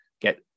get